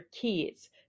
kids